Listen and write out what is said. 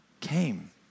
came